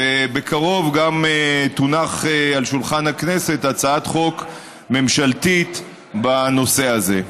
ובקרוב גם תונח על שולחן הכנסת הצעת חוק ממשלתית בנושא הזה.